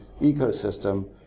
ecosystem